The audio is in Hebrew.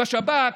בשב"כ,